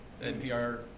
NPR